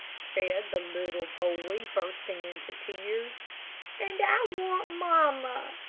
said the little boy, bursting into tears, and i want mamma.